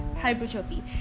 hypertrophy